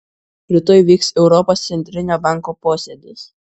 rytoj vyks europos centrinio banko posėdis